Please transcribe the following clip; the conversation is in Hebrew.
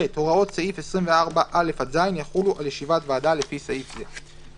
(ח)הוראות סעיף 24(א) עד (ז) יחולו על ישיבת ועדה לפי סעיף זה.